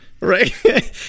right